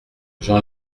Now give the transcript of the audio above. jean